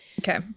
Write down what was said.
Okay